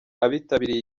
abitabiriye